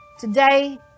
today